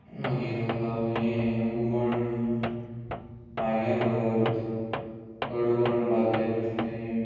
मागीर हें हुमण वांगयां भर्त कडवण भाजलेलें नुस्तें